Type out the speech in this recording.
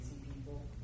people